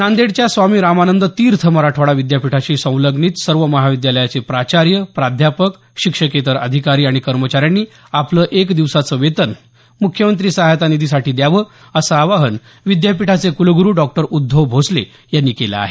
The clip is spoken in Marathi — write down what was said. नांदेडच्या स्वामी रामानंद तीर्थ मराठवाडा विद्यापीठाशी संलग्नित सर्व महाविद्यालयाचे प्राचार्य प्राध्यापक शिक्षकेत्तर अधिकारी आणि कर्मचाऱ्यांनी आपलं एक दिवसाचं वेतन मुख्यमंत्री सहाय्यता निधीसाठी द्यावं असं आवाहन विद्यापीठाचे कुलगुरू डॉ उद्धव भोसले यांनी केलं आहे